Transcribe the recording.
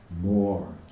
more